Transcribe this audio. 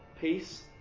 peace